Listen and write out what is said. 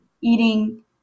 eating